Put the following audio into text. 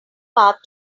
path